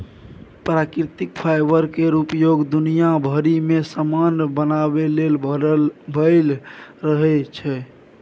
प्राकृतिक फाईबर केर उपयोग दुनिया भरि मे समान बनाबे लेल भए रहल छै